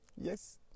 Yes